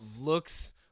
looks